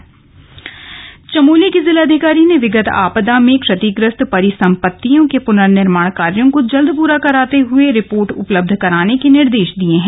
बैठक चमोली चमोली की जिलाधिकारी ने विगत आपदा में क्षतिग्रस्त परिसंपत्तियों के पुनर्निर्माण कार्यो को जल्द पूरा कराते हुए रिपोर्ट उपलब्ध कराने के निर्देश दिए है